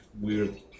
weird